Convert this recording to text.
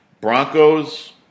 Broncos